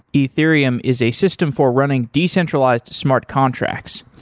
ethereum is a system for running decentralized smart contracts.